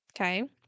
Okay